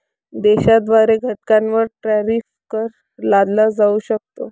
देशाद्वारे घटकांवर टॅरिफ कर लादला जाऊ शकतो